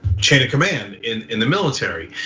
chain of command in in the military.